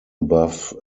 above